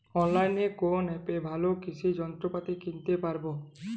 অনলাইনের কোন অ্যাপে ভালো কৃষির যন্ত্রপাতি কিনতে পারবো?